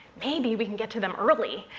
maybe we can get to them early.